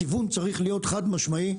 הכיוון צריך להיות חד משמעי.